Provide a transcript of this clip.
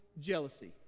jealousy